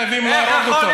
חייבים להרוג אותו.